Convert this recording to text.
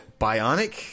bionic